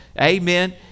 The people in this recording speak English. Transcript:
amen